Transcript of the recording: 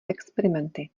experimenty